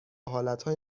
حالتهای